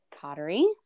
pottery